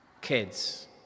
kids